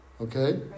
Okay